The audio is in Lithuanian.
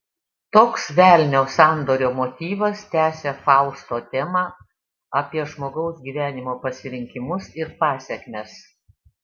toks velnio sandorio motyvas tęsia fausto temą apie žmogaus gyvenimo pasirinkimus ir pasekmes